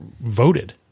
voted